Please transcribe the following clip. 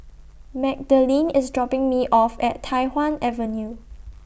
Magdalene IS dropping Me off At Tai Hwan Avenue